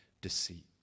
deceit